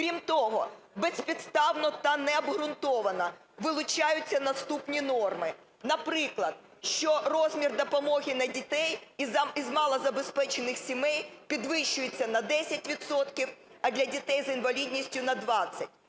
Крім того, безпідставно та необґрунтовано вилучаються наступні норми. Наприклад, що розмір допомоги на дітей із малозабезпечених сімей підвищується на 10 відсотків, а для дітей з інвалідністю – на 20.